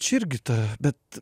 čia irgi ta bet